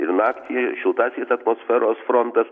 ir naktį šiltasis atmosferos frontas